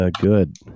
Good